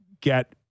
get